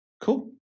cool